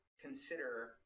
consider